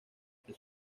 que